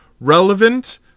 relevant